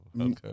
okay